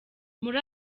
muri